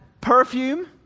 perfume